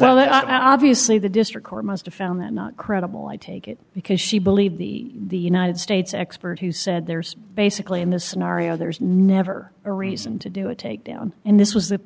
that i obviously the district court must a film that not credible i take it because she believed the united states expert who said there's basically in this scenario there's never a reason to do a takedown and this was that